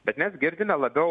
bet mes girdime labiau